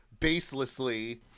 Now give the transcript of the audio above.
baselessly